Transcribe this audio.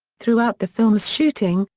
throughout the film's shooting,